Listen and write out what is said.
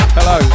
Hello